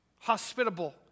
hospitable